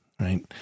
right